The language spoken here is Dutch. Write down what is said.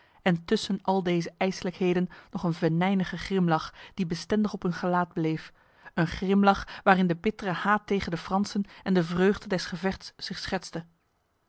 en tussen al deze ijslijkheden nog een venijnige grimlach die bestendig op hun gelaat bleef een grimlach waarin de bittere haat tegen de fransen en de vreugde des gevechts zich schetste